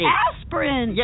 aspirin